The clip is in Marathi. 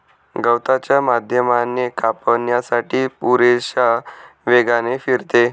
गवताच्या माध्यमाने कापण्यासाठी पुरेशा वेगाने फिरते